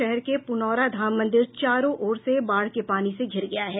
शहर के पुनौरा धाम मंदिर चारों ओर से बाढ़ के पानी से धिर गया है